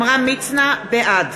בעד